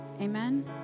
amen